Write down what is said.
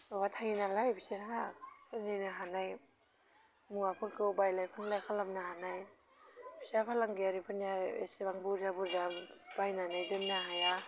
माबा थायो नालाय बिसोरहा सोरजिनो हानाय मुवाफोरखौ बायलाय फानलाय खालामनो हानाय फिसा फालांगिफोरनियाहाय एसेबां बुरजा बुरजा बायनानै दोननो हाया